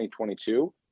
2022